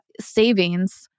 savings